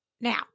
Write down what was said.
Now